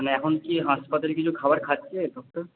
মানে এখন কী হাসপাতালে কিছু খাবার খাচ্ছে ডক্টর